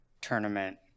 tournament